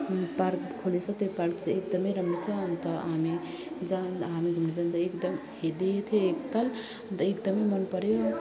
park खोलेको छ त्यो पार्क चाहिँ एकदम राम्रो छ अन्त हामी जहाँ हामी घुम्नु जाँदा एकदम है देखेको थियौँ एक ताल अन्त एकदम मन पऱ्यो